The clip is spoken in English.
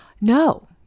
No